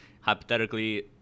hypothetically